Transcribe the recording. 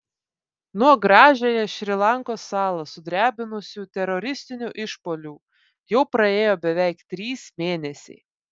nuo gražiąją šri lankos salą sudrebinusių teroristinių išpuolių jau praėjo beveik trys mėnesiai